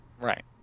Right